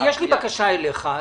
בקשה אליך,